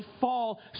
fall